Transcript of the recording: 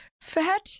fat